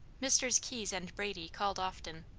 messrs. keyes and brady called often,